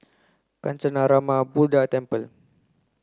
Kancanarama Buddha Temple